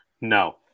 no